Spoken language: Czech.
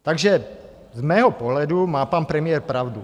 Takže z mého pohledu má pan premiér pravdu.